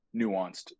nuanced